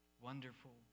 Wonderful